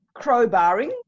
crowbarring